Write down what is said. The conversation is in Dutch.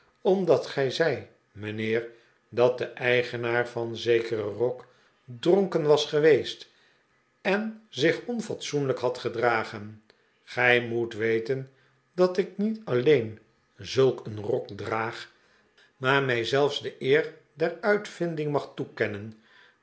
omdat gij zei mijnheer dat de eigenaar van zekeren fok dronken was geweest en zich onfatsoenlijk had gedragen gij moet weten dat ik niet alleen zulk een rok draag maar mij zelfs de eer der uitvinding mag toekennen